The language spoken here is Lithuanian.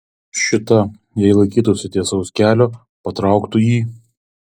šita jei laikytųsi tiesaus kelio patrauktų į